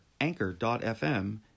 Anchor.fm